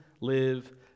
live